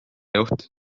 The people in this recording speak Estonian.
juht